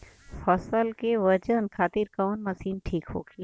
फसल के वजन खातिर कवन मशीन ठीक होखि?